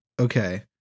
Okay